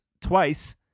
twice